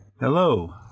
Hello